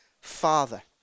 Father